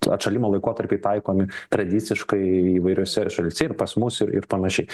atšalimo laikotarpiai taikomi tradiciškai įvairiose šalyse ir pas mus ir ir panašiai